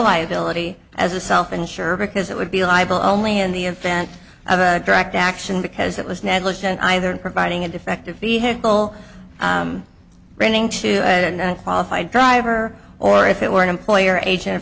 liability as a self insure because it would be liable only in the event of a direct action because it was negligent either in providing a defective vehicle running to and qualified driver or if it were an employer agent